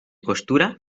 costura